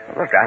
Look